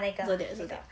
zodiac zodiac